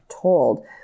told